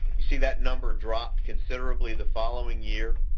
see that number drop considerably the following year?